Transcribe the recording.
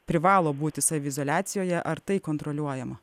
privalo būti saviizoliacijoje ar tai kontroliuojama